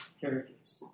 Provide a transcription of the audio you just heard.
characters